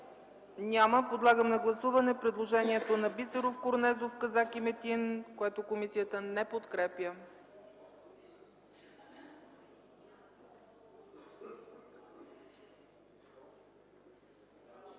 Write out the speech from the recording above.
Няма. Гласуваме предложенията на Бисеров, Корнезов, Казак и Метин, които комисията не подкрепя.